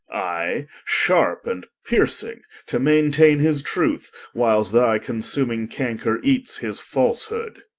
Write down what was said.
i, sharpe and piercing to maintaine his truth, whiles thy consuming canker eates his falsehood